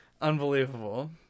Unbelievable